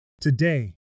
Today